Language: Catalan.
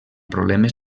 problemes